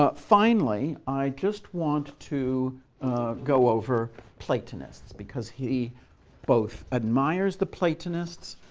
but finally, i just want to go over platonists, because he both admires the platonists,